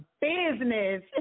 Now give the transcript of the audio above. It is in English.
business